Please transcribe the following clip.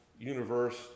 universe